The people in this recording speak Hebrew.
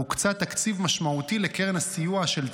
הוקצה תקציב משמעותי לקרן הסיוע של צה"ל,